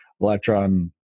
electron